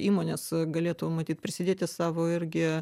įmonės galėtų matyt prisidėti savo irgi